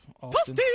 Austin